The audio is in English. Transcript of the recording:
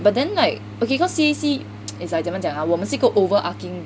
but then like okay cause C_A_C is like 怎么讲 ah 我们是一个 overarching